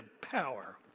power